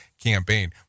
campaign